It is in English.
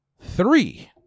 Three